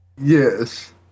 Yes